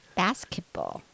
basketball